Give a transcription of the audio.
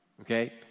okay